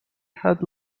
had